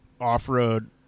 off-road